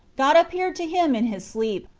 god appeared to him in his sleep,